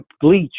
bleach